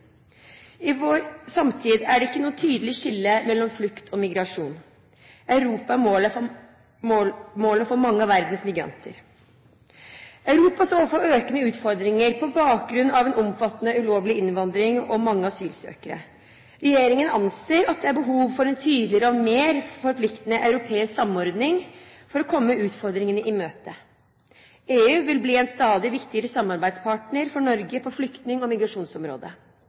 I vår samtid er det ikke noe tydelig skille mellom flukt og migrasjon. Europa er målet for mange av verdens migranter. Europa står overfor økende utfordringer på bakgrunn av en omfattende ulovlig innvandring og mange asylsøkere. Regjeringen anser at det er behov for en tydeligere og mer forpliktende europeisk samordning for å møte utfordringene. EU vil bli en stadig viktigere samarbeidspartner for Norge på flyktning- og migrasjonsområdet.